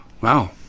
Wow